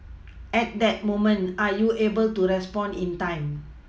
at that moment are you able to respond in time